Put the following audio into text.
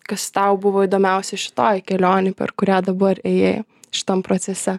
kas tau buvo įdomiausia šitoj kelionėj per kurią dabar ėjai šitam procese